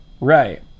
Right